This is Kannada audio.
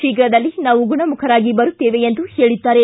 ಶೀಘದಲ್ಲೇ ನಾವು ಗುಣಮುಖರಾಗಿ ಬರುತ್ತೇವೆ ಎಂದು ಹೇಳಿದ್ದಾರೆ